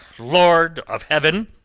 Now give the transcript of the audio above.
lord of heaven!